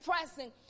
pressing